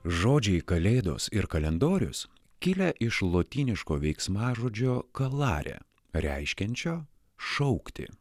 žodžiai kalėdos ir kalendorius kilę iš lotyniško veiksmažodžio kalare reiškiančio šaukti